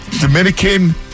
Dominican